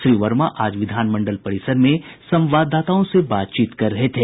श्री वर्मा आज विधानमंडल परिसर में संवाददाताओं से बातचीत कर रहे थे